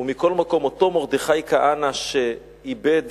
מכל מקום, אותו מרדכי כהנא, שאיבד